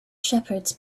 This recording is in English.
shepherds